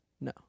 No